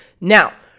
Now